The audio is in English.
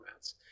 formats